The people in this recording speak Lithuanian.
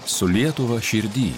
su lietuva širdy